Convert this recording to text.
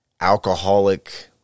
alcoholic